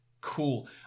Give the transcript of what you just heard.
Cool